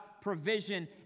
provision